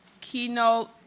keynote